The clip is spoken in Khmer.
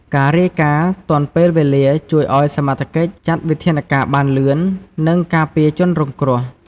ការរាយការណ៍ទាន់ពេលវេលាជួយឲ្យសមត្ថកិច្ចចាត់វិធានការបានលឿន និងការពារជនរងគ្រោះ។